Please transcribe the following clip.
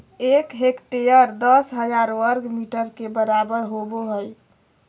एक हेक्टेयर दस हजार वर्ग मीटर के बराबर होबो हइ